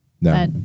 No